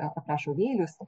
aprašo vėlius